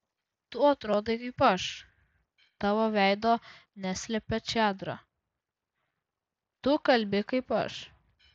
tu atrodai kaip aš tavo veido neslepia čadra tu kalbi kaip aš